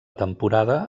temporada